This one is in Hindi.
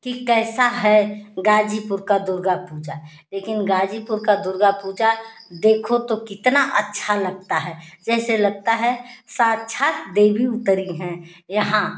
कि कैसा है गाजीपुर का दुर्गा पूजा लेकिन गाजीपुर का दुर्गा पूजा देखो तो कितना अच्छा लगता है जैसे लगता है साक्षात देवी उतरी हैं यहाँ